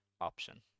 option